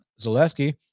zaleski